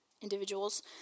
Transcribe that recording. individuals